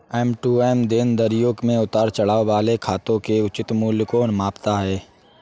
M to M देनदारियों में उतार चढ़ाव वाले खातों के उचित मूल्य को मापता है